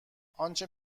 انچه